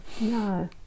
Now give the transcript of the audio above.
no